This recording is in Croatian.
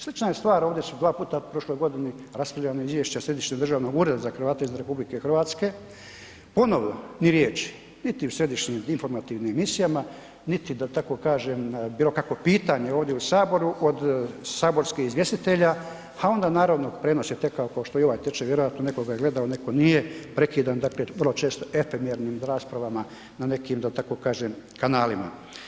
Slična je stvar, ovdje su dva puta u prošloj godini raspravljana izvješća Središnjeg državnog ureda za Hrvate izvan RH, ponovo ni riječi, niti u središnjim informativnim emisijama, niti da tako kažem bilo kakvo pitanje ovdje u saboru od saborskih izvjestitelja, ha onda naravno prijenos je tekao kao što i ovaj teče vjerojatno neko ga je gledao, neko nije, prekidan, dakle vrlo često etemjernim raspravama na nekim da tako kažem kanalima.